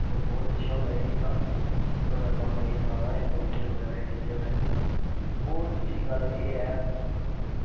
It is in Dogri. ते बहुत अच्छा होंदा ऐ एह् टीका ते में थुहानू एह् सनाए दा ऐ कि एह् पोलियो दे टीके होंदे न होर दूजी गल्ल एह् ऐ